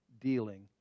dealing